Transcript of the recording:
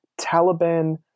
Taliban